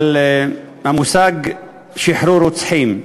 על המושג "שחרור רוצחים",